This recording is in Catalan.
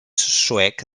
suec